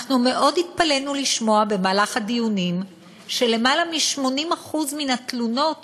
אנחנו מאוד התפלאנו לשמוע במהלך הדיונים שלמעלה מ-80% מן התלונות